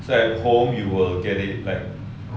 so at home you will get it like